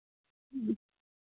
ᱦᱩᱸ